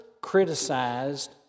criticized